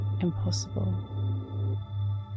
impossible